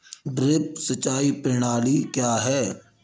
Drip सिंचाई प्रणाली क्या है?